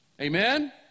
amen